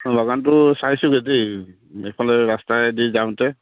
বাগানটো চাইছোঁ দেই এইফালে ৰাস্তাইদি যাওঁতে